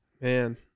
Man